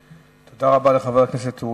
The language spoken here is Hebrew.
תודה רבה לחבר הכנסת אורי אריאל,